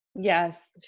Yes